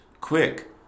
Quick